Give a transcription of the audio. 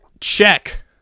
check